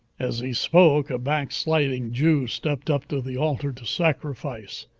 as he spoke a backsliding jew stepped up to the altar to sacrifice.